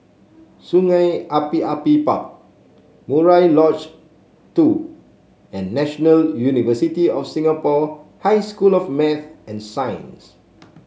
Sungei Api Api Park Murai Lodge Two and National University of Singapore High School of Math and Science